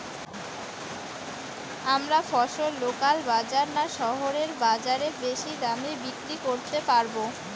আমরা ফসল লোকাল বাজার না শহরের বাজারে বেশি দামে বিক্রি করতে পারবো?